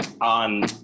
on